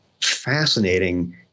fascinating